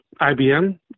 IBM